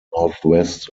northwest